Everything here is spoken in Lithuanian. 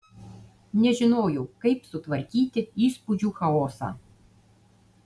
nežinojau kaip sutvarkyti įspūdžių chaosą